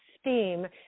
steam